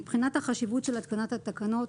מבחינת החשיבות של התקנת התקנות,